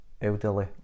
elderly